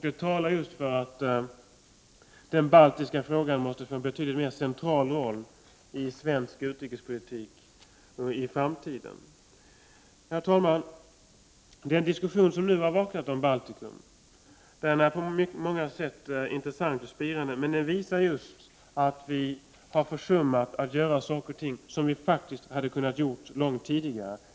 Det talar för att den baltiska frågan måste få en betydligt mer central roll i svensk utrikespolitik i framtiden. Herr talman! Den diskussion som nu har vaknat om Baltikum är på många sätt intressant. Men den visar just att vi har försummat att göra saker och ting som vi faktiskt hade kunnat göra långt tidigare.